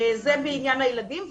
זה בעניין הילדים.